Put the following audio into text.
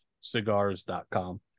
cigars.com